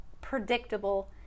predictable